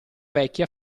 vecchia